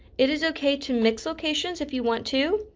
it is okay to mix locations if you want to.